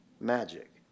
magic